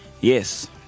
Yes